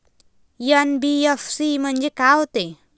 NBFC म्हणजे का होते?